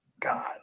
God